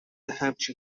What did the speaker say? همچین